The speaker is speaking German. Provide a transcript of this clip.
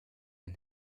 ein